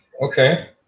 Okay